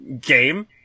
Game